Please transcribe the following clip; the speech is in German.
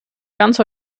ganz